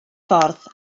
ffordd